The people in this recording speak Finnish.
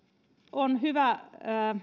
on hyvä